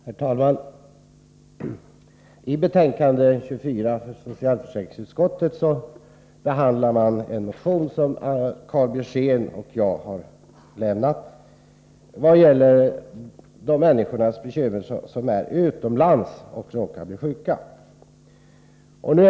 Herr talman! I betänkande 24 från socialförsäkringsutskottet behandlas en motion som Karl Björzén och jag har avlämnat och som gäller bekymren för människor som råkar bli sjuka utomlands.